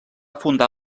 fundar